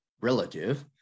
relative